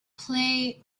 play